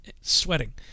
sweating